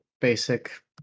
basic